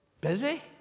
Busy